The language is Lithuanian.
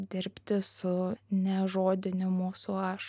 dirbti su nežodiniu mūsų aš